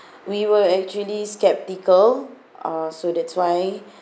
we were actually skeptical uh so that's why